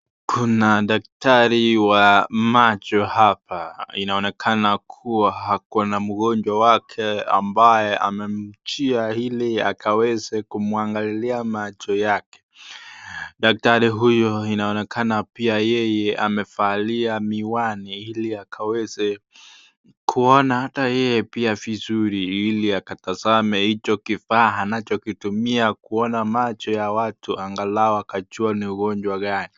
Kuna daktari wa macho hapa. Inaonekana kuwa ako na mgonjwa wake ambaye amemjia ilo akaweze kumwangalilia macho yake. Daktari huyu inaonekana pia yeye amevalia miwani pia yeye akaweze kuona ata yeye vizuri ili akatazame hicho kifaa anachokitumia kuona macho ya watu angalau akajua ni ugonjwa gani.